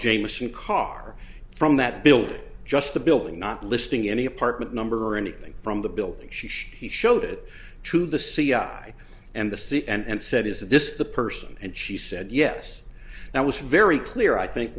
j machine car from that building just the building not listing any apartment number or anything from the building sheesh he showed it to the c i and the c and said is this the person and she said yes that was very clear i think